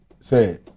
Say